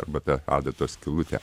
arba per adatos skylutę